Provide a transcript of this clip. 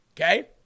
Okay